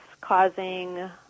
causing